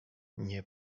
nie